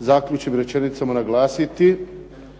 zaključnim rečenicama naglasiti